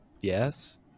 yes